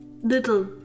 little